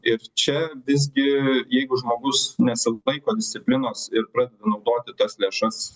ir čia visgi jeigu žmogus nesilaiko disciplinos ir pradeda naudoti tas lėšas